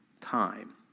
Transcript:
time